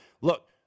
look